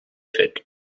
terrific